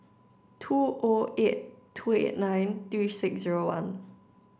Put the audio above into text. two O eight two eight nine three six zero one